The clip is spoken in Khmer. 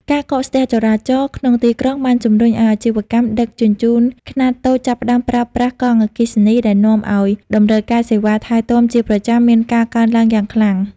ការកកស្ទះចរាចរណ៍ក្នុងទីក្រុងបានជំរុញឱ្យអាជីវកម្មដឹកជញ្ជូនខ្នាតតូចចាប់ផ្តើមប្រើប្រាស់កង់អគ្គិសនី ដែលនាំឱ្យតម្រូវការសេវាថែទាំជាប្រចាំមានការកើនឡើងយ៉ាងខ្លាំង។